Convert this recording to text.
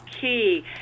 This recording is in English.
key